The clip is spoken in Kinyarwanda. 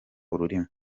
ururimi